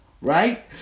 right